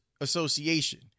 association